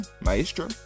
maestro